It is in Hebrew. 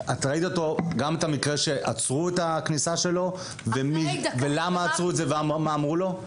ראית את המקרה שעצרו את הכניסה שלו ולמה עצרו אותו ומה אמרו לו?